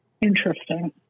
interesting